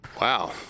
Wow